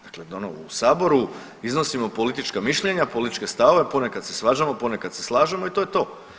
Dakle u Saboru iznosimo politička mišljenja, političke stavove, ponekad se svađamo, ponekad se slažemo i to je to.